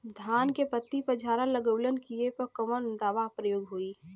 धान के पत्ती पर झाला लगववलन कियेपे कवन दवा प्रयोग होई?